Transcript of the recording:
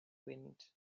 wind